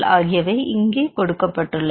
ஆகியவை இங்கே கொடுக்கப்பட்டுள்ளது